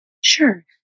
Sure